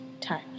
touch